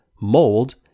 mold